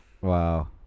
wow